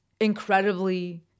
incredibly